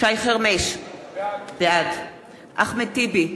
שי חרמש, בעד אחמד טיבי,